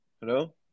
Hello